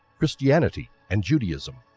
christianity and judaism.